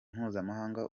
mpuzamahanga